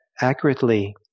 accurately